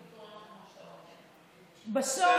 מצאו פתרונות, כמו שאתה אומר.